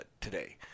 today